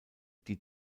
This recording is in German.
die